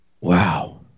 Wow